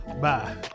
Bye